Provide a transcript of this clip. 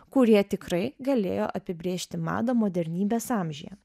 kurie tikrai galėjo apibrėžti madą modernybės amžiuje